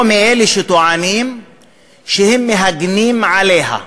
או מאלה שטוענים שהם מגינים עליה,